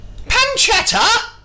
pancetta